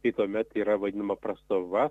tai tuomet yra vadinama prastova